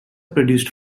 produced